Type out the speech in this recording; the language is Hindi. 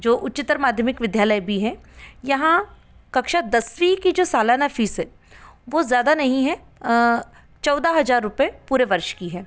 जो उच्चतर माध्यमिक विद्यालय भी है यहाँ कक्षा दसवीं की जो सालाना फ़ीस है वो ज़्यादा नहीं है चौदह हज़ार रुपये पूरे वर्ष की है